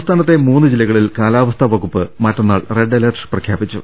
സംസ്ഥാനത്തെ മൂന്ന് ജില്ലകളിൽ കാലാവസ്ഥാ വകുപ്പ് മറ്റന്നാൾ റെഡ് അലർട്ട് പ്രഖ്യാപിച്ചു